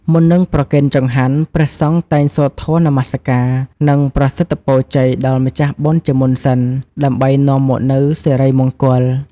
មុននឹងប្រគេនចង្ហាន់ ព្រះសង្ឃតែងសូត្រធម៌នមស្ការ និងប្រសិទ្ធពរជ័យដល់ម្ចាស់បុណ្យជាមុនសិន ដើម្បីនាំមកនូវសិរីមង្គល។